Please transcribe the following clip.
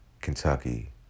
Kentucky